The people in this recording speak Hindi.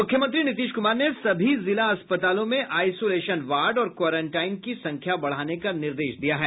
मुख्यमंत्री नीतीश कुमार ने सभी जिला अस्पतालों में आईसोलेशन वार्ड और क्वारंटाईन की संख्या बढ़ाने का निर्देश दिया है